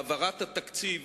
העברת התקציב